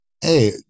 Hey